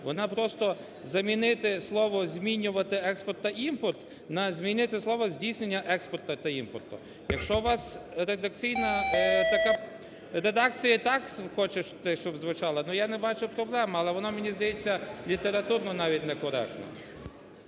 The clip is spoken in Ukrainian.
Вона просто, замінити слово "змінювати експорт та імпорт" на змінити слово "здійснення експорту та імпорту". Якщо вас редакційна така… редакція, так хочете щоб звучала, ну я не бачу проблеми. Але воно, мені здається, літературно навіть некоректно.